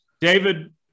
David